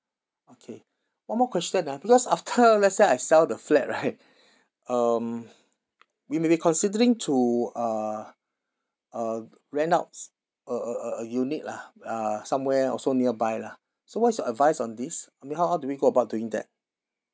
okay one more question ah because after let's say I sell the flat right um we may be considering to uh uh rent out s~ a a a unit lah uh somewhere also nearby lah so what's your advice on this I mean how how do we go about doing that